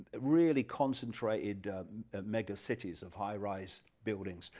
really concentrated mega-cities of high-rise buildings,